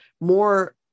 more